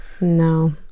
No